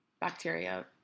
bacteria